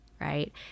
right